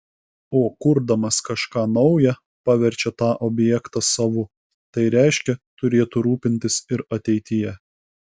o kurdamas kažką nauja paverčia tą objektą savu tai reiškia turėtų rūpintis ir ateityje